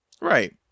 Right